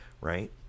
right